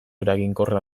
eraginkorra